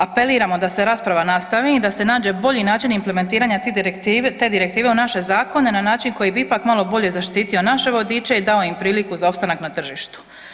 Apeliramo da se rasprava nastavi i da se nađe bolji način implementiranja te Direktive u naše zakone, na način koji bi ipak malo bolje zaštitio naše vodiče i dao im priliku za opstanak na tržištu.